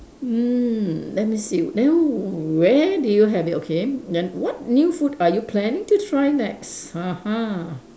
mm let me see then where did you have it okay then what new food are you planning to try next